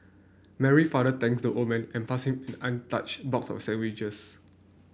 Mary father thanked the old man and passed him an untouched box of sandwiches